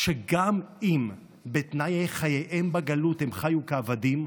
שגם אם בתנאי חייהם בגלות הם חיו כעבדים,